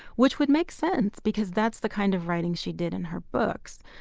which would make sense because that's the kind of writing she did in her books,